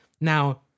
Now